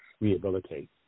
rehabilitate